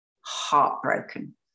heartbroken